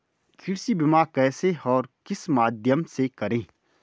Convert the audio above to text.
कृषि बीमा कैसे और किस माध्यम से करें?